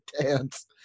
dance